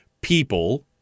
people